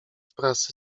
prasy